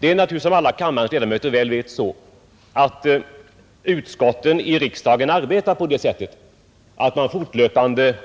Det är, som alla kammarens ledamöter naturligtvis väl vet, så att utskotten i riksdagen arbetar på det sättet, att man fortlöpande